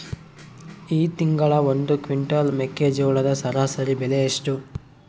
ಈ ತಿಂಗಳ ಒಂದು ಕ್ವಿಂಟಾಲ್ ಮೆಕ್ಕೆಜೋಳದ ಸರಾಸರಿ ಬೆಲೆ ಎಷ್ಟು?